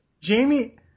Jamie